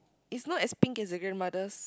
it's not as pink as his grandmothers